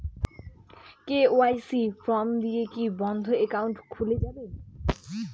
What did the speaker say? KYC form দিয়ে কি বন্ধ একাউন্ট খুলে যাবে?